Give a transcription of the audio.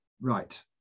Right